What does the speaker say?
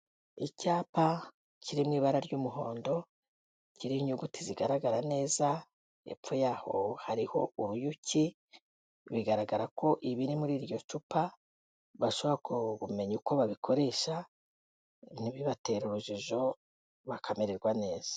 Icyapa kiri mu ibara ry'umuhondo kiriho inyuguti zigaragara neza, hepfo yaho hariho uruyuki bigaragara ko ibiri muri iryo cupa bashobora kumenya uko babikoresha ntibibatere urujijo, bakamererwa neza.